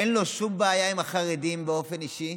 אין לו שום בעיה עם החרדים באופן אישי,